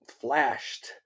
flashed